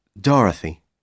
Dorothy